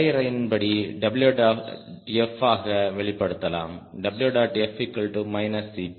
வரையறையின் படி Ẃf ஆக வெளிப்படுத்தலாம் Ẃf CP இது என்ன P